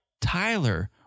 Tyler